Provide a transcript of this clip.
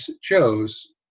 chose